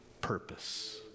purpose